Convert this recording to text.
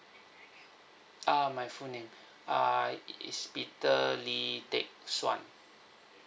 ah my full name err it's peter lee teck suan